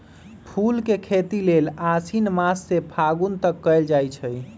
फूल के खेती लेल आशिन मास से फागुन तक कएल जाइ छइ